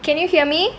can you hear me